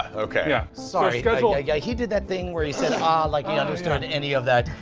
ah okay. yeah. sorry, like yeah he did that thing where he says ah like he understood any of that.